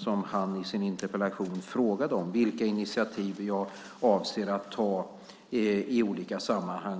som han i sin interpellation frågade om, vilka initiativ jag avser att ta i olika sammanhang.